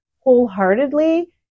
wholeheartedly